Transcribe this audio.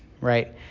right